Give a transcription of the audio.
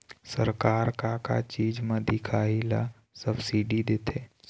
सरकार का का चीज म दिखाही ला सब्सिडी देथे?